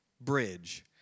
bridge